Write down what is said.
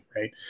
right